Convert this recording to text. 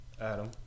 adam